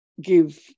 give